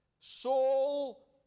Saul